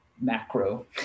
macro